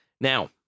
Now